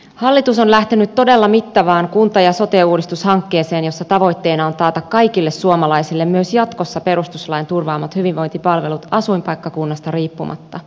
hallitus on lähtenyt todella mittavaan kunta ja sote uudistushankkeeseen jossa tavoitteena on taata kaikille suomalaisille myös jatkossa perustuslain turvaamat hyvinvointipalvelut asuinpaikkakunnasta riippumatta